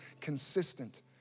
consistent